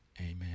Amen